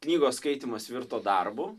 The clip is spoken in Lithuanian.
knygos skaitymas virto darbu